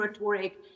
rhetoric